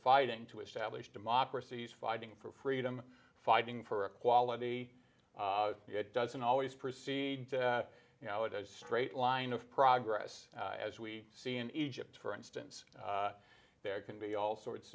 fighting to establish democracies fighting for freedom fighting for equality it doesn't always proceed you know it as a straight line of progress as we see in egypt for instance there can be all sorts